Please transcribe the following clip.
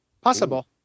Possible